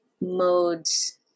modes